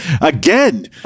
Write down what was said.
again